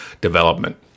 development